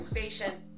patient